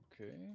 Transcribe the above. Okay